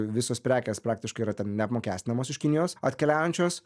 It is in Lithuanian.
visos prekės praktiškai yra ten neapmokestinamos iš kinijos atkeliaujančios